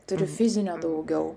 turiu fizinio daugiau